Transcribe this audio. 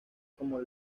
como